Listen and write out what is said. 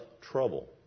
trouble